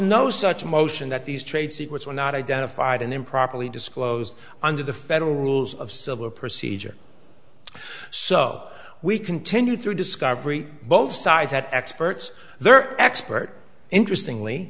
no such motion that these trade secrets were not identified and improperly disclosed under the federal rules of civil procedure so we continued through discovery both sides had experts their expert interestingly